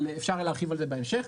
אבל אפשר להרחיב על זה בהמשך.